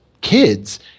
kids